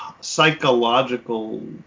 psychological